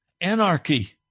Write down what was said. anarchy